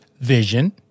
vision